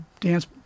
dance